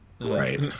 Right